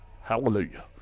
hallelujah